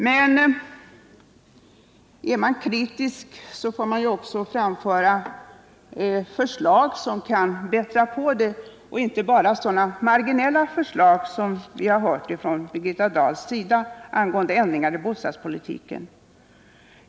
Men är man kritisk, får man också anvisa förslag som kan leda till förbättringar, inte bara sådana marginella förslag som vi har hört Birgitta Dahl föra fram när det gäller ändringar i bostadspolitiken.